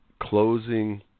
closing